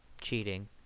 cheating